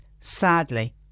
sadly